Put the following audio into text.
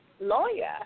lawyer